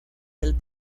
del